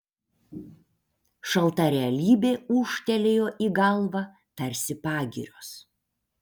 šalta realybė ūžtelėjo į galvą tarsi pagirios